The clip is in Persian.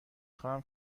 خواهم